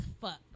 fuck